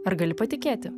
ar gali patikėti